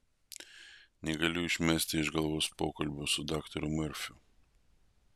negaliu išmesti iš galvos pokalbio su daktaru merfiu